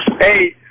Hey